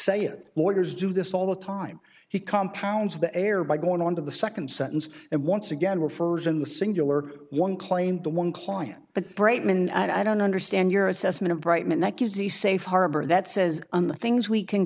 say it lawyers do this all the time he compounds the error by going on to the second sentence and once again refers in the singular one claimed the one client but braitman i don't understand your assessment brightman that gives the safe harbor that says on the things we can